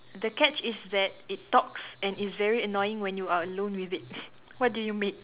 the catch is that it talks and is very annoying when you are alone with it what do you make